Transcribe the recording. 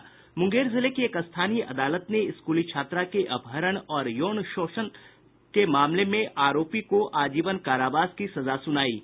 मुंगेर जिले की एक स्थानीय अदालत ने स्कूली छात्रा के अपहरण और यौन शोषण के मामले में एक आरोपी को आजीवन कारावास की सजा सुनाई है